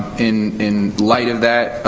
in in light of that,